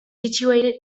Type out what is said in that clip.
situated